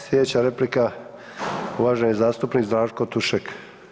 Sljedeća replika uvaženi zastupnik Žarko Tušek.